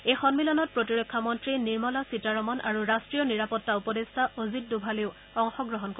এই সম্মিলনত প্ৰতিৰক্ষা মন্ত্ৰী নিৰ্মলা সীতাৰমন আৰু ৰাট্টীয় নিৰাপত্তা উপদেষ্টা অজিত দোভালেও অংশগ্ৰহণ কৰিব